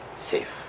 safe